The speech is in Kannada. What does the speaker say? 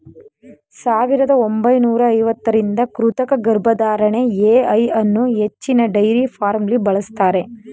ಸಾವಿರದ ಒಂಬೈನೂರ ಐವತ್ತರಿಂದ ಕೃತಕ ಗರ್ಭಧಾರಣೆ ಎ.ಐ ಅನ್ನೂ ಹೆಚ್ಚಿನ ಡೈರಿ ಫಾರ್ಮ್ಲಿ ಬಳಸ್ತಾರೆ